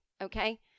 okay